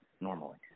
normally